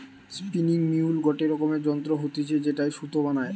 spinning mule গটে রকমের যন্ত্র হতিছে যেটায় সুতা বানায়